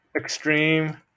Extreme